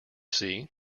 see